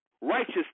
Righteous